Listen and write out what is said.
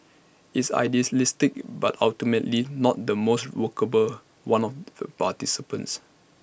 it's idealistic but ultimately not the most workable one of the participants